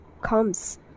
comes